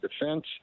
defense